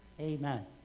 Amen